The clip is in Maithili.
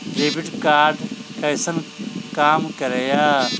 डेबिट कार्ड कैसन काम करेया?